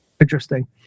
Interesting